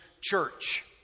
church